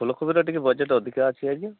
ଫୁଲକୋବିର ଟିକେ ବଜେଟ୍ ଅଧିକା ଅଛି ଆଜ୍ଞା